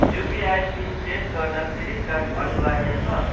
UPI PIN set गर्न credit card अनिवार्य छ